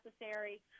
necessary